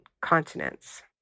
continents